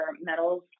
medals